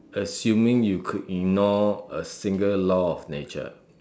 assuming you could ignore a single law of nature